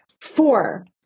Four